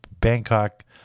Bangkok